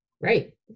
Right